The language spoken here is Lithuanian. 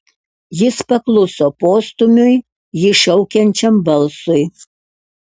jis pakluso postūmiui jį šaukiančiam balsui